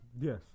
Yes